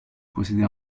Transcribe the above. posséder